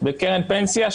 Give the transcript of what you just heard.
בקרן פנסיה,